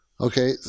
Okay